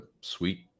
sweet